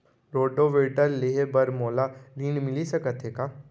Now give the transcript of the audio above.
Rotavator लेहे बर मोला ऋण मिलिस सकत हे का?